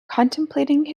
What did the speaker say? contemplating